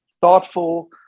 thoughtful